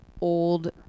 old